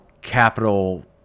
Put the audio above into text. capital